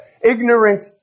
ignorant